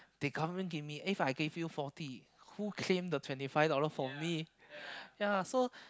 the government give me If I give you forty who claim the twenty five dollar from me ya so